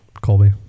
Colby